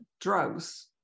drugs